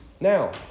now